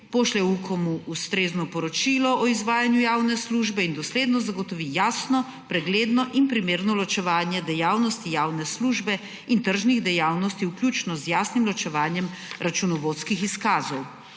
pošlje UKOM-u ustrezno poročilo o izvajanju javne službe in dosledno zagotovi jasno, pregledno in primerno ločevanje dejavnosti javne službe in tržnih dejavnosti, vključno z jasnim ločevanjem računovodskih izkazov.